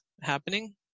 happening